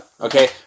Okay